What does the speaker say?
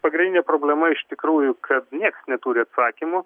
pagrindinė problema iš tikrųjų kad nieks neturi atsakymų